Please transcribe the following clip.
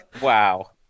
Wow